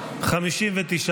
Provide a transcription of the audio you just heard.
הוועדה, נתקבל.